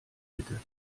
hätte